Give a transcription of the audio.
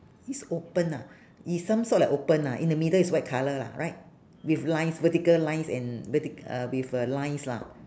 is open ah is some sort like open lah in the middle is white colour lah right with lines vertical lines and vertic~ uh with uh lines lah